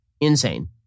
insane